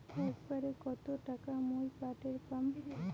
একবারে কত টাকা মুই পাঠের পাম?